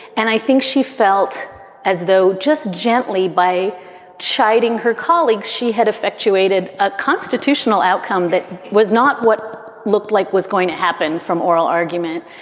and i think she felt as though just gently, by chiding her colleagues, she had effectuated a constitutional outcome that was not what looked like was going to happen from oral argument.